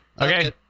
Okay